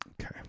Okay